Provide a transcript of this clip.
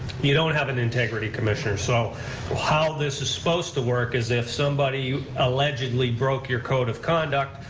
you don't have an integrity commissioner. so how this is supposed to work is if somebody allegedly broke your code of conduct,